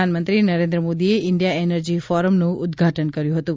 પ્રધાનમંત્રી નરેન્દ્ર મોદીએ India energy ફોરમનું ઉદઘાટન કર્યું હતું